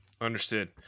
understood